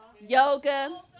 yoga